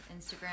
Instagram